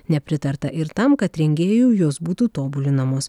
nepritarta ir tam kad rengėjų jos būtų tobulinamos